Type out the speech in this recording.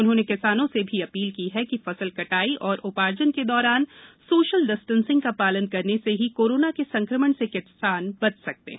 उन्होंने किसानों से भी अपील की है कि फसल काई व उार्जन के दौरान सोशल डिस्वेसिंग का ालन करने से ही कोरोना के संक्रमण से किसान बच सकते हैं